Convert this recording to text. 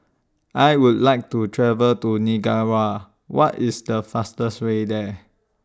I Would like to travel to Nicaragua What IS The fastest Way There